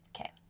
Okay